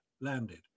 landed